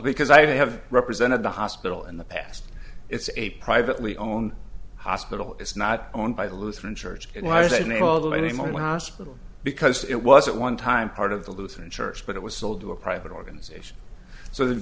because i have represented the hospital in the past it's a privately owned hospital it's not owned by the lutheran church why isn't it all the way my hospital because it was at one time part of the lutheran church but it was sold to a private organization so the